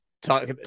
Talk